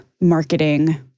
marketing